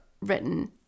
written